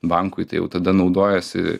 bankui tai jau tada naudojasi